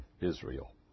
Israel